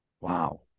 wow